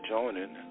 Joining